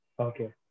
Okay